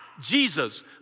Jesus